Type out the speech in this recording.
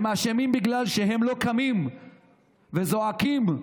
הם אשמים בגלל שהם לא קמים וזועקים ואומרים: